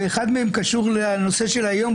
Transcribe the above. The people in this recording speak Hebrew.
ואחד מהם קשור לנושא של היום,